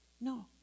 no